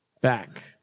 back